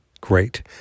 Great